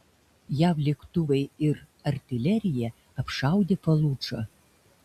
jav lėktuvai ir artilerija apšaudė faludžą